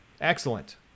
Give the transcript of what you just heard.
Excellent